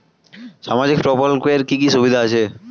সামাজিক প্রকল্পের কি কি সুবিধা আছে?